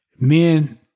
men